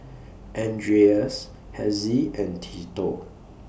Andreas Hezzie and Tito